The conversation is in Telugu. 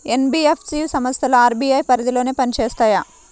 ఎన్.బీ.ఎఫ్.సి సంస్థలు అర్.బీ.ఐ పరిధిలోనే పని చేస్తాయా?